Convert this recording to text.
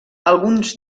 alguns